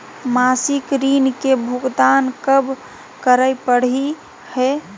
मासिक ऋण के भुगतान कब करै परही हे?